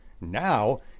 Now